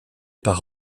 par